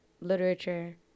literature